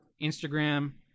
Instagram